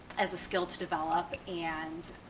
as a skill to develop and